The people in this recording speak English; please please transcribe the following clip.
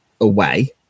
away